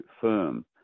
firm